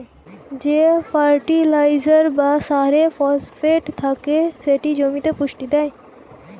যে ফার্টিলাইজার বা সারে ফসফেট থাকে সেটি জমিতে পুষ্টি দেয়